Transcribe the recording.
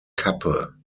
kappe